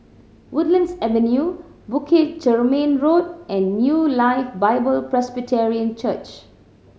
Woodlands Avenue Bukit Chermin Road and New Life Bible Presbyterian Church